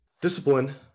Discipline